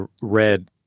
red